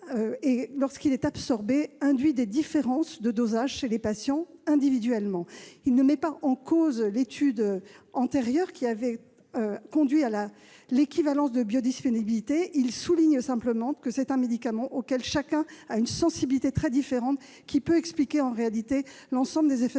lorsqu'il est absorbé, induit des différences de dosage chez les patients, individuellement. Cette étude ne remet pas en cause l'étude antérieure qui avait conclu à l'équivalence de biodisponibilité. Elle souligne simplement qu'il s'agit d'un médicament auquel chaque individu a une sensibilité très différente. Cela peut expliquer l'ensemble des effets